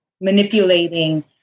manipulating